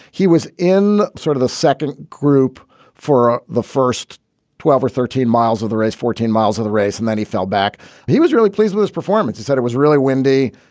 he was in sort of the second group for the first twelve or thirteen miles of the race, fourteen miles of the race. and then he fell back and he was really pleased with his performance, is that it was really windy,